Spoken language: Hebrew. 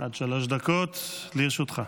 עד שלוש דקות לרשותך.